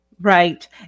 Right